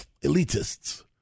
Elitists